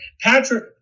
Patrick